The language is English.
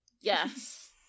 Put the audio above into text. Yes